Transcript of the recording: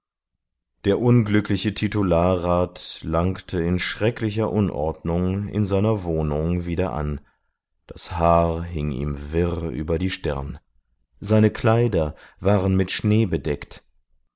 der unglückliche titularrat langte in schrecklicher unordnung in seiner wohnung wieder an das haar hing ihm wirr über die stirn seine kleider waren mit schnee bedeckt